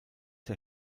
der